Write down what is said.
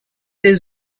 des